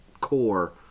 core